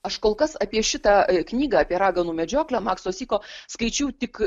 aš kol kas apie šitą knygą apie raganų medžioklę makso syko skaičiau tik